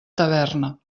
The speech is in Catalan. taverna